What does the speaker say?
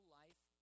life